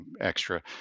extra